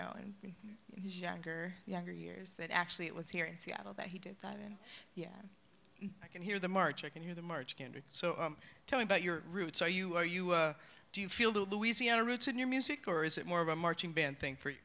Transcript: know in his younger younger years that actually it was here in seattle that he did i mean yeah i can hear the march i can hear the march so tell me about your roots are you are you do you feel the louisiana roots in your music or is it more of a marching band thing for